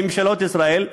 לממשלות ישראל,